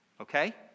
okay